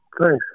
Thanks